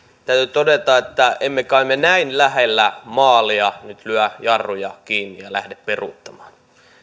todeta että emme kai me näin lähellä maalia nyt lyö jarruja kiinni ja lähde peruuttamaan